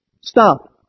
Stop